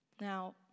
Now